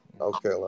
Okay